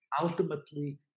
ultimately